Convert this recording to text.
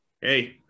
Hey